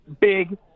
big